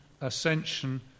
ascension